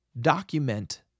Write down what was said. document